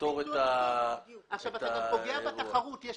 אתה גם פוגע בתחרות.